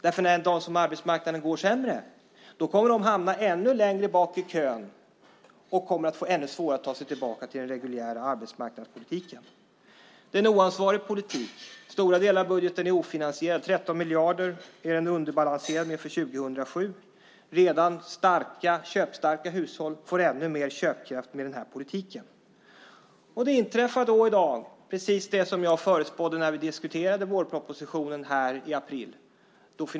Den dag då arbetsmarknaden går sämre kommer de att hamna ännu längre bak i kön och få det ännu svårare att ta sig tillbaka till den reguljära arbetsmarknaden. Det är en oansvarig politik. Stora delar av budgeten är ofinansierad. Den är underbalanserad med 13 miljarder för 2007. Redan köpstarka hushåll får ännu mer köpkraft med den här politiken. I dag inträffar precis det som jag förutspådde när vi diskuterade vårpropositionen här i april.